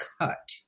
cut